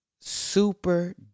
super